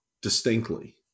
distinctly